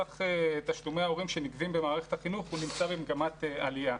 סך תשלומי ההורים שנגבים במערכת החינוך נמצא במגמת עלייה,